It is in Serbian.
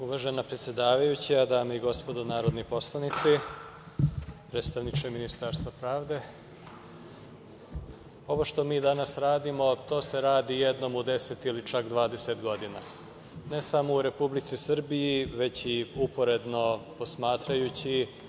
Uvažena predsedavajuća, dame i gospodo narodni poslanici, predstavniče Ministarstva pravde, ovo što mi danas radimo, to se radi jednom u 10 ili čak 20 godina ne samo u Republici Srbiji, već i uporedno posmatrajući.